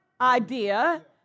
idea